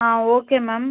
ah okay ma'am